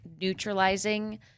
neutralizing